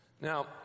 Now